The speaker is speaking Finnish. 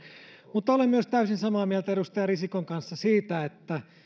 mutta olen täysin samaa mieltä edustaja risikon kanssa myös siitä että